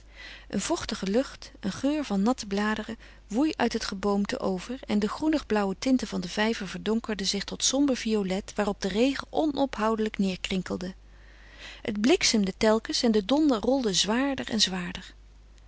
een vochtige lucht een geur van natte bladeren woei uit het geboomte over en de groenigblauwe tinten van den vijver verdonkerden zich tot somber violet waarop de regen onophoudelijk neêrkrinkelde het bliksemde telkens en de donder rolde zwaarder en zwaarder